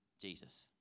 Jesus